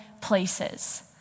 places